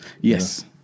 Yes